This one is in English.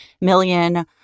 million